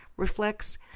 reflects